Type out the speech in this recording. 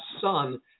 son